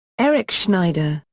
eric schneider,